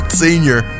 senior